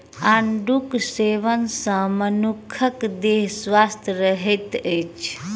आड़ूक सेवन सॅ मनुखक देह स्वस्थ रहैत अछि